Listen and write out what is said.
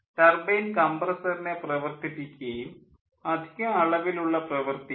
turbine കംപ്രസ്സറിനെ പ്രവർത്തിപ്പിക്കുകയും അധിക അളവിലുള്ള പ്രവൃത്തിയെ